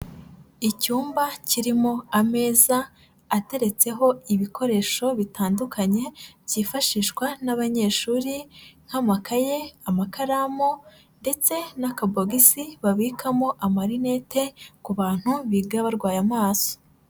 Icyumba kirimo ameza ateretseho ibikoresho bitandukanye, byifashishwa n'abanyeshuri nk'amakaye, amakaramu ndetse n'akabogisi babikamo amarinete ku bantu biga barwaye amaso.